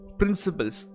principles